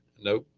nope,